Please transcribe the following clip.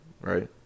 right